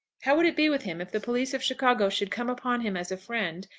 how would it be with him if the police of chicago should come upon him as a friend,